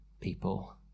people